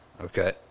okay